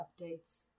updates